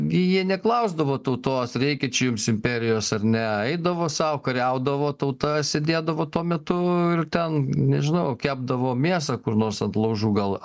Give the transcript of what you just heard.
jie neklausdavo tautos reikia čia jums imperijos ar ne eidavo sau kariaudavo tauta sėdėdavo tuo metu ir ten nežinau kepdavo mėsą kur nors ant laužų gal